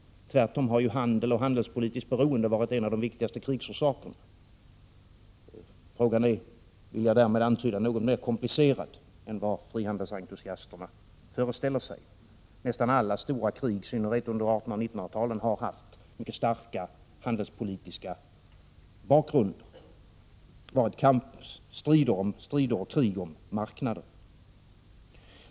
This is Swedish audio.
Tvärtom har handel och handelspolitiskt beroende varit en av de viktigaste krigsorsakerna. Frågan är — och det vill jag härmed antyda — något mera komplicerad än vad frihandelsentusiasterna föreställer sig. Nästan alla stora krig, i synnerhet under 1800 och 1900-talen, har haft en mycket stark handelspolitisk bakgrund. Det har förekommit strider och krig om marknader.